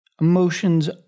emotions